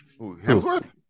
Hemsworth